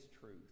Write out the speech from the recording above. truth